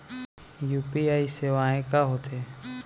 UPI सेवाएं का होथे?